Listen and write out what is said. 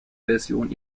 version